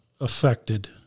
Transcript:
affected